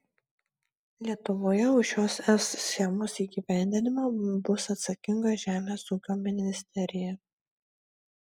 lietuvoje už šios es schemos įgyvendinimą bus atsakinga žemės ūkio ministerija